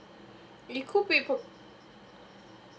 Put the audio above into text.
it could be